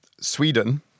Sweden